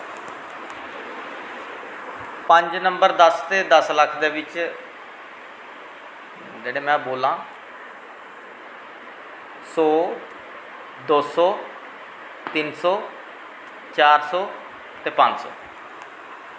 पंज नंबर दस ते दस लक्ख दै बिच्च जेह्ड़े में बोल्लां सौ दो सौ तिन्न सौ चार सौ ते पंज सौ